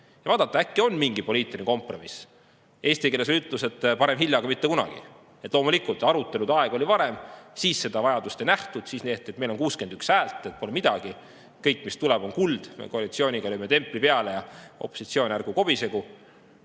ja vaadata, äkki on [võimalik] mingi poliitiline kompromiss. Eesti keeles on ütlus, et parem hilja kui mitte kunagi. Loomulikult, arutelude aeg oli varem, siis seda vajadust ei nähtud, siis vaadati, et on 61 häält, pole midagi, kõik, mis tuleb, on kuld, koalitsioon lööb templi peale ja opositsioon ärgu kobisegu